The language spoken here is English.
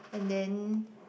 and then